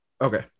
Okay